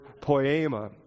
poema